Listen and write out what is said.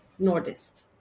Nordist